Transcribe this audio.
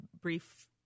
brief